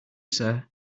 sir